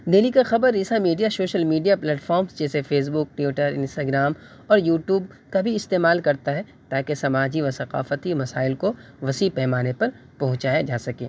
دہلی کا خبر رساں میڈیا شوشل میڈیا پلیٹفامس جیسے فیسبک ٹیوٹر انسٹاگرام اور یوٹیوب کا بھی استعمال کرتا ہے تاکہ سماجی و ثقافتی مسائل کو وسیع پیمانے پر پہنچایا جا سکے